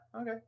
okay